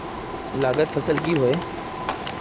लागत फसल की होय?